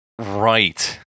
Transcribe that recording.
Right